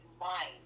mind